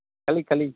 களி களி